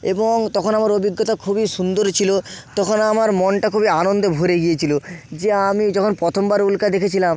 এবং তখন আমার অভিজ্ঞতা খুবই সুন্দর ছিল তখন আমার মনটা খুবই আনন্দে ভরে গিয়েছিল যে আমি যখন প্রথমবার উল্কা দেখেছিলাম